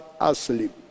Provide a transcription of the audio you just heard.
asleep